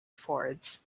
forwards